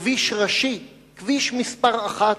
בכביש ראשי, כביש מס' 1,